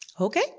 Okay